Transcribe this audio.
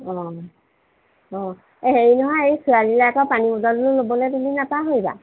অঁ অঁ এই হেৰি নহয় এই ছোৱালীলৈ আকৌ পানী বটলটো ল'বলৈ তুমি নাপাহৰিবা